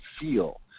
feel